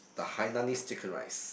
the Hainanese Chicken Rice